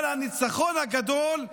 אבל הניצחון הגדול,